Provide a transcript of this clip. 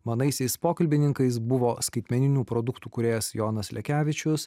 manaisiais pokalbininkais buvo skaitmeninių produktų kūrėjas jonas lekevičius